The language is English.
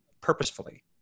purposefully